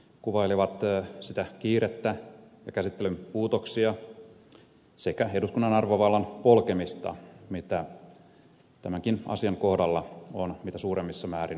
skinnari kuvailivat sitä kiirettä ja käsittelyn puutoksia sekä eduskunnan arvovallan polkemista mitä tämänkin asian kohdalla on mitä suuremmissa määrin toteutettu